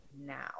now